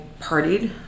partied